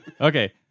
Okay